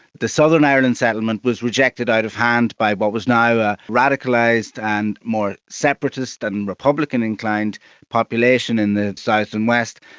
the southern ireland settlement was rejected out of hand by what was now a radicalised, and more separatist and republican inclined population in the south and west,